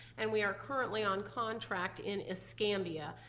and we are currently on contract in escambia.